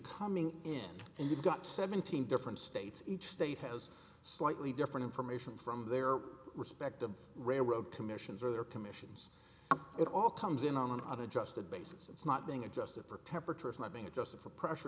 coming in and you've got seventeen different states each state has slightly different information from their respective railroad commissions or their commissions it all comes in on one of adjusted basis it's not being adjusted for temperature of my being adjusted for pressure